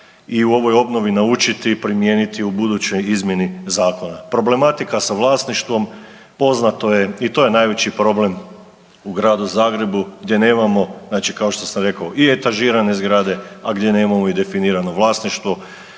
danas o obnovi naučiti primijeniti u budućoj izmjeni zakona. Problematika sa vlasništvom poznato je i to je najveći problem u Gradu Zagrebu gdje nemamo kao što sam rekao i etažirane zgrade, a gdje nemamo definirano vlasništvo.